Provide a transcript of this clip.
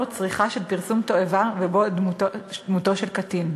צריכה של פרסום תועבה שבו דמותו של קטין.